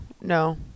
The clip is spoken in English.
no